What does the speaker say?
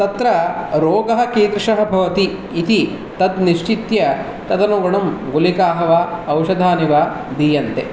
तत्र रोगः कीदृशः भवति इति तत् निश्चित्य तदनुगुणं गुलिकाः वा औषधानि वा दीयन्ते